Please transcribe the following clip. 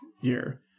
year